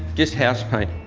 just house paint.